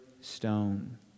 stone